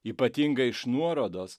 ypatingai iš nuorodos